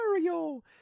Mario